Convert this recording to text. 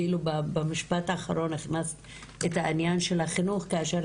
במשפט האחרון הכנסת את העניין של החינוך כאשר